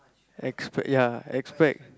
expect ya expect